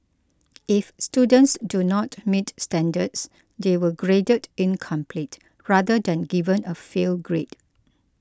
if students do not meet standards they were graded incomplete rather than given a fail grade